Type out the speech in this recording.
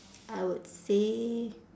I would say